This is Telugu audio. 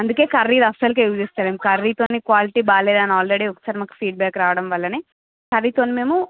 అందుకే కర్రీ అస్సలకే యూజ్ చేస్తలేం కర్రీతోనే క్వాలిటీ బాగాలేదని ఆల్రెడీ ఒకసారి మాకు ఫీడ్బ్యాక్ రావడం వల్లనే కర్రీతో మేము